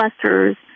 clusters